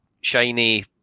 shiny